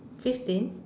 fifteen